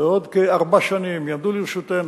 בעוד כארבע שנים יעמדו לרשותנו